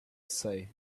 say